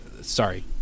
Sorry